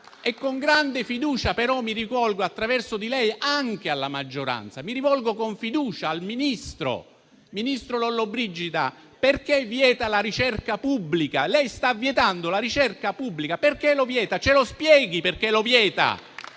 e con grande fiducia. Io però mi rivolgo, attraverso di lei, anche alla maggioranza. Mi rivolgo con fiducia al ministro Lollobrigida. Signor Ministro, perché vieta la ricerca pubblica? Lei sta vietando la ricerca pubblica. Perché la vieta? Ci spieghi perché vieta